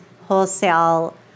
wholesale